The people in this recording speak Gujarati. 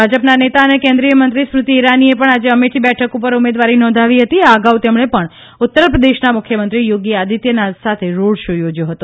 ભાજપના નેતા અને કેન્દ્રીય મંત્રી સ્મૃતિ ઇરાનીએ પણ આજે અમેઠી બેઠક પર ઉમેદવારી નોંધાવી હતી આ અગાઉ તેમણે પણ ઉત્તરપ્રદેશના મુખ્યમંત્રી યોગી આદિત્યનાથ સાથે રોડ શો યોજ્યો હતો